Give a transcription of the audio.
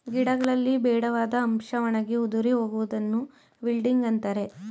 ಗಿಡಗಳಲ್ಲಿ ಬೇಡವಾದ ಅಂಶ ಒಣಗಿ ಉದುರಿ ಹೋಗುವುದನ್ನು ವಿಲ್ಟಿಂಗ್ ಅಂತರೆ